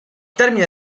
termine